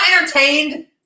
entertained